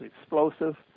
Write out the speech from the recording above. explosive